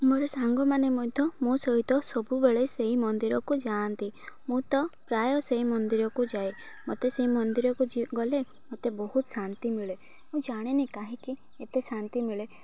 ମୋର ସାଙ୍ଗମାନେ ମଧ୍ୟ ମୋ ସହିତ ସବୁବେଳେ ସେଇ ମନ୍ଦିରକୁ ଯାଆନ୍ତି ମୁଁ ତ ପ୍ରାୟ ସେଇ ମନ୍ଦିରକୁ ଯାଏ ମୋତେ ସେଇ ମନ୍ଦିରକୁ ଗଲେ ମୋତେ ବହୁତ ଶାନ୍ତି ମିଳେ ମୁଁ ଜାଣିନି କାହିଁକି ଏତେ ଶାନ୍ତି ମିଳେ